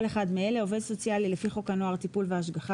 כל אחד מאלה: (1) עובד סוציאלי לפי חוק הנוער (טיפול והשגחה),